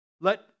Let